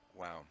Wow